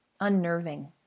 unnerving